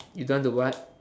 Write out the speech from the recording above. you don't want to what